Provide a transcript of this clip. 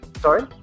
Sorry